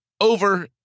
over